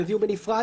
הם הביאו בנפרד.